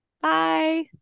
Bye